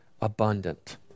abundant